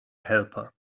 helper